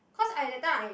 cause I that time I